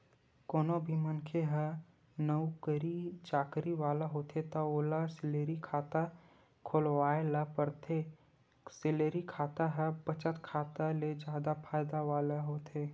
कोनो भी मनखे ह नउकरी चाकरी वाला होथे त ओला सेलरी खाता खोलवाए ल परथे, सेलरी खाता ह बचत खाता ले जादा फायदा वाला होथे